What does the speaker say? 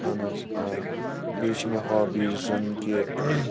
اَہَن حظ آ بیٚیہِ چھِ مےٚ ہابِیٖز زَن کہِ